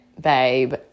babe